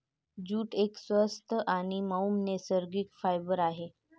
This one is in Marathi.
जूट एक स्वस्त आणि मऊ नैसर्गिक फायबर आहे